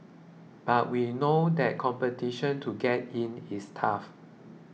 but we know that competition to get in is tough